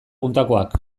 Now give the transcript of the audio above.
puntakoak